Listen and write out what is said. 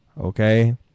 okay